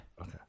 Okay